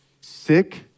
sick